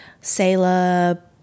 Sailor